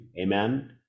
amen